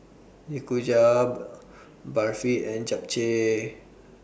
Nikujaga Barfi and Japchae